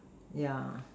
yeah